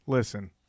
Listen